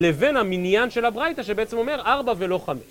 לבין המניין של הברייטה שבעצם אומר 4 ולא 5